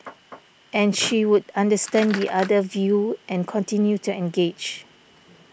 and she would understand the other view and continue to engage